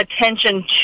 attention